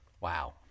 Wow